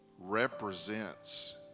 represents